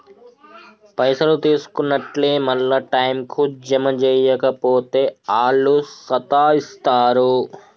పైసలు తీసుకున్నట్లే మళ్ల టైంకు జమ జేయక పోతే ఆళ్లు సతాయిస్తరు